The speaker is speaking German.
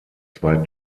zwei